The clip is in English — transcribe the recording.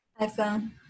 iPhone